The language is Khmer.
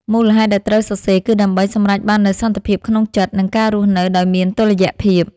មូលហេតុដែលត្រូវសរសេរគឺដើម្បីសម្រេចបាននូវសន្តិភាពក្នុងចិត្ត និងការរស់នៅដោយមានតុល្យភាព។